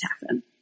happen